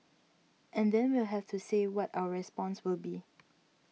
and then we'll have to say what our response will be